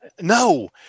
No